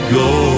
go